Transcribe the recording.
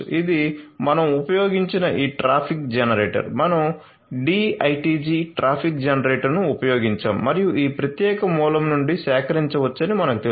ఇది మనం ఉపయోగించిన ఈ ట్రాఫిక్ జనరేటర్ మనం D ITG ట్రాఫిక్ జనరేటర్ను ఉపయోగించాము మరియు ఈ ప్రత్యేక మూలం నుండి సేకరించవచ్చని మనకు తెలుసు